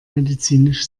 medizinisch